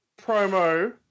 promo